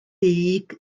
dug